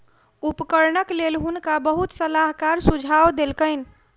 उपकरणक लेल हुनका बहुत सलाहकार सुझाव देलकैन